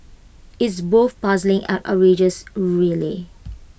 it's both puzzling and outrageous really